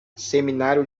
seminário